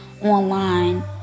online